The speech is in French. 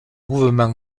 mouvement